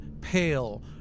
pale